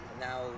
now